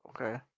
Okay